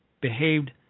behaved